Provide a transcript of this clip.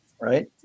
right